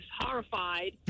horrified